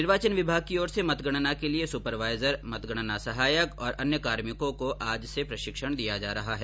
निर्वाचन विभाग की ओर से मतगणना के लिए सुपरवाईजर मतगणना सहायक और अन्य कार्मिकों को आज से प्रशिक्षण दिया जा रहा है